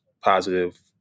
positive